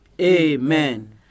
Amen